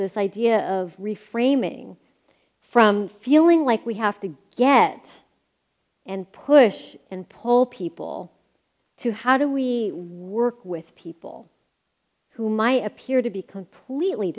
this idea of reframing from feeling like we have to get and push and pull people to how do we work with people who might appear to be completely